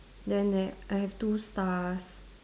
then there I have two stars